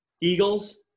Eagles